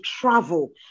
travel